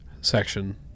section